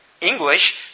English